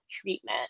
treatment